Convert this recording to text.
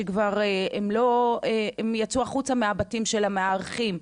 שהם יצאו מהבתים של המארחים,